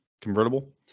convertible